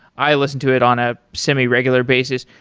i listen to it on a semi regular basis.